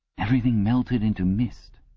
everything melted into mist.